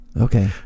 Okay